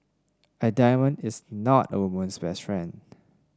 a diamond is not a woman's best friend